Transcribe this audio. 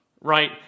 right